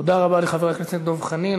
תודה רבה לחבר הכנסת דב חנין.